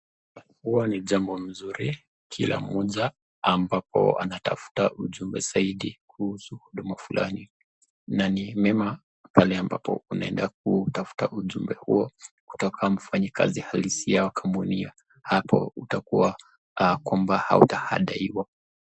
Huwa ni jambo mzuri kila mmoja ambapo anatafuta ujumbe zaidi kuhusu huduma fulani na ni vyema pahali ambapo unaenda kutafuta ujumbe huo kutoka mfanyikazi halisi ya kampuni hiyo hapo itakuwa kwamba hutahadaiwa.